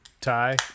tie